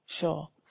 Sure